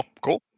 cool